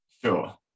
Sure